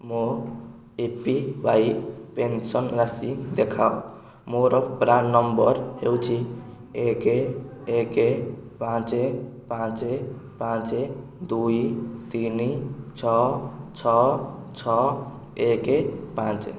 ମୋ A P Y pension ରାଶି ଦେଖାଅ ମୋର ପ୍ରାନ୍ ନମ୍ବର ହେଉଛି ଏକ ଏକ ପାଞ୍ଚ ପାଞ୍ଚ ପାଞ୍ଚ ଦୁଇ ତିନି ଛଅ ଛଅ ଛଅ ଏକ ପାଞ୍ଚ